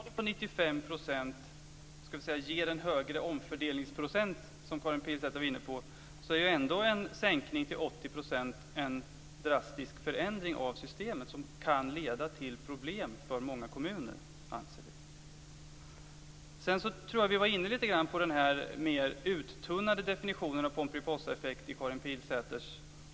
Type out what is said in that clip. Fru talman! Även om utjämningsraden på 95 % ger en högre omfördelningsprocent, som Karin Pilsäter var inne på, är ändå en sänkning till 80 % en drastisk förändring av systemet som kan leda till problem för många kommuner, anser vi. Karin Pilsäter var inne på den lite mer uttunnade definitionen av Pomperipossaeffekten i repliken.